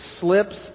slips